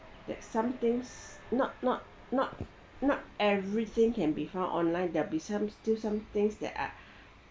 that something's not not not not everything can be found online there'll be something somethings that are